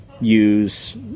use